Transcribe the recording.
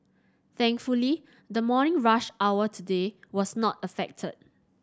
thankfully the morning rush hour today was not affected